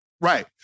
Right